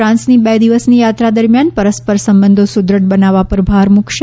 ફ્રાન્સની બે દિવસની યાત્રા દરમિયાન પરસ્પર સંબંધો સુદ્રઢ બનાવવા પર ભાર મૂકશે